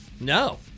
No